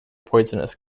poisonous